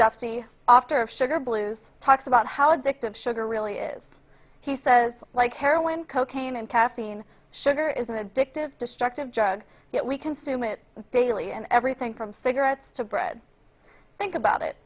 dufty ofter of sugar blues talks about how addictive sugar really is he says like heroin cocaine and caffeine sugar is an addictive destructive jug yet we consume it daily and everything from figure out to bread think about it